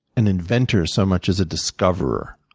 an inventor so much as a discoverer.